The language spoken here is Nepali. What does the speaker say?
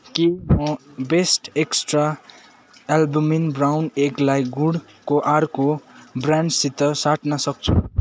के म बेस्ट एक्स्ट्रा एल्बुमिन ब्राउन एगलाई गुडको अर्को ब्रान्डसित साट्न सक्छु